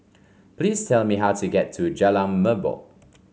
please tell me how to get to Jalan Merbok